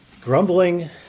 Grumbling